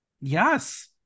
Yes